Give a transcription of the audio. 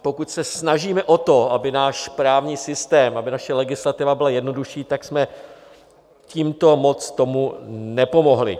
Pokud se snažíme o to, aby náš právní systém, aby naše legislativa byla jednoduší, tak jsme tímto moc tomu nepomohli.